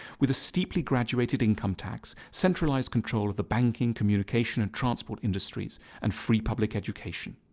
with a steeply graduated income tax, centralised control of the banking, communication, and transport industries, and free public education.